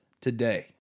today